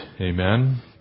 Amen